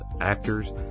actors